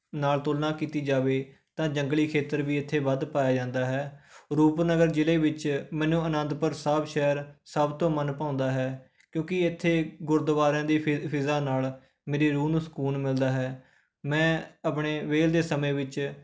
ਨਾਲ ਤੁਲਨਾ ਕੀਤੀ ਜਾਵੇ ਤਾਂ ਜੰਗਲੀ ਖੇਤਰ ਵੀ ਇੱਥੇ ਵੱਧ ਪਾਇਆ ਜਾਂਦਾ ਹੈ ਰੂਪਨਗਰ ਜ਼ਿਲ੍ਹੇ ਵਿੱਚ ਮੈਨੂੰ ਅਨੰਦਪੁਰ ਸਾਹਿਬ ਸ਼ਹਿਰ ਸਭ ਤੋਂ ਮਨ ਭਾਉਂਦਾ ਹੈ ਕਿਉਂਕਿ ਇੱਥੇ ਗੁਰਦੁਆਰਿਆਂ ਦੀ ਫੀ ਫਿਜ਼ਾ ਨਾਲ ਮੇਰੀ ਰੂਹ ਨੂੰ ਸਕੂਨ ਮਿਲਦਾ ਹੈ ਮੈਂ ਆਪਣੇ ਵਿਹਲ ਦੇ ਸਮੇਂ ਵਿੱਚ